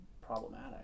problematic